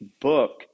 book